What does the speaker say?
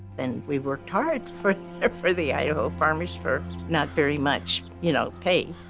and we worked hard for ah for the idaho farmers for not very much, you know, pay.